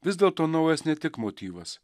vis dėlto naujas ne tik motyvas